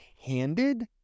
handed